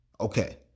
okay